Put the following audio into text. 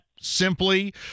simply